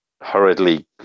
hurriedly